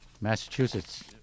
massachusetts